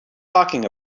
talking